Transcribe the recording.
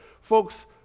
Folks